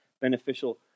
beneficial